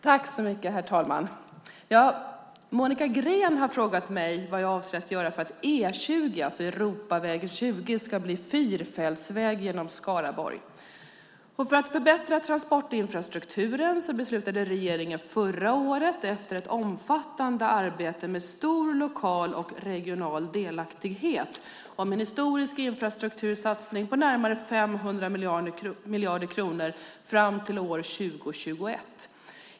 Herr talman! Monica Green har frågat mig vad jag avser att göra för att E20, Europaväg 20, ska bli fyrfältsväg genom Skaraborg. För att förbättra transportinfrastrukturen beslutade regeringen förra året, efter ett omfattande arbete med stor lokal och regional delaktighet, om en historisk infrastruktursatsning på närmare 500 miljarder kronor fram till år 2021.